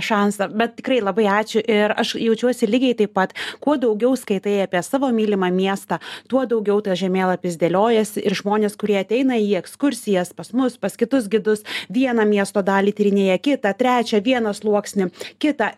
šansą bet tikrai labai ačiū ir aš jaučiuosi lygiai taip pat kuo daugiau skaitai apie savo mylimą miestą tuo daugiau tas žemėlapis dėliojasi ir žmonės kurie ateina į ekskursijas pas mus pas kitus gidus vieną miesto dalį tyrinėja kitą trečią vieną sluoksnį kitą